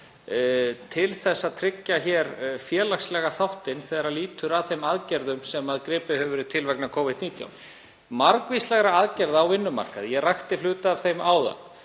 til að tryggja félagslega þáttinn. Það lýtur að þeim aðgerðum sem gripið hefur verið til vegna Covid-19, margvíslegar aðgerðir á vinnumarkaði og ég rakti hluta af þeim áðan.